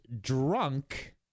drunk